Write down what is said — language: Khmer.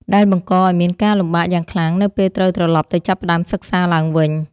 ដែលបង្កឱ្យមានការលំបាកយ៉ាងខ្លាំងនៅពេលត្រូវត្រឡប់ទៅចាប់ផ្តើមសិក្សាឡើងវិញ។